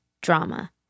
drama